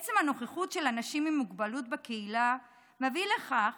עצם נוכחותם של אנשים עם מוגבלות בקהילה מביא לכך